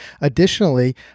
additionally